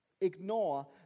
Ignore